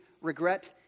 regret